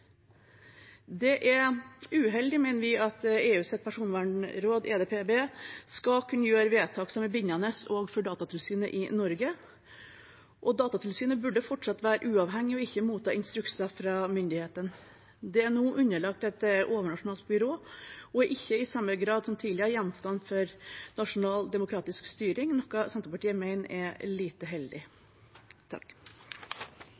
Det er uheldig, mener vi, at EUs personvernråd, EDPB, skal kunne gjøre vedtak som er bindende også for Datatilsynet i Norge. Datatilsynet burde fortsatt være uavhengig og ikke motta instrukser fra myndighetene. Det er nå underlagt et overnasjonalt byrå og ikke i samme grad som tidligere gjenstand for nasjonal demokratisk styring, noe Senterpartiet mener er lite